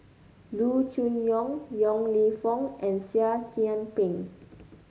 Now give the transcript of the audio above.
Loo Choon Yong Yong Lew Foong and Seah Kian Peng